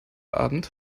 abend